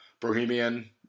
Bohemian